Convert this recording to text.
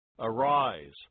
Arise